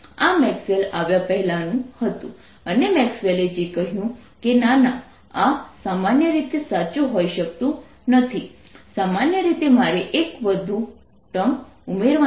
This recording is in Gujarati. આ મેક્સવેલ આવ્યા પહેલા નું હતું અને મેક્સવેલે જે કહ્યું કે ના ના આ સામાન્ય રીતે સાચું હોઈ શકતું નથી સામાન્ય રીતે મારે એમાં વધુ એક ટર્મ ઉમેરવાની છે